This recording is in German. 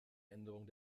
änderung